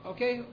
Okay